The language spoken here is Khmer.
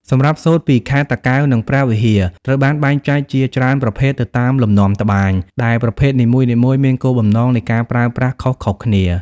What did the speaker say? សម្រាប់សូត្រពីខេត្តតាកែវ និងព្រះវិហារ ត្រូវបានបែងចែកជាច្រើនប្រភេទទៅតាមលំនាំត្បាញ ដែលប្រភេទនីមួយៗមានគោលបំណងនៃការប្រើប្រាស់ខុសៗគ្នា។